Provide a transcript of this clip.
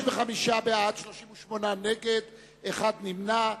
50 נגד ואין נמנעים.